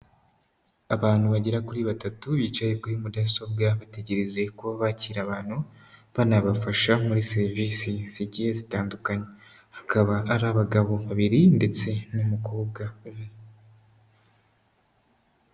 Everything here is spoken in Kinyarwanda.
Abantu bagera kuri batatu bicaye kuri mudasobwa bategereje ko bakira abantu, banabafasha muri serivisi zigiye zitandukanye, bakaba ari abagabo babiri ndetse n'umukobwa umwe.